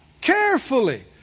carefully